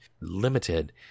limited